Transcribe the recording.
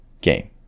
game